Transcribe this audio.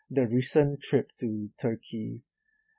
the recent trip to turkey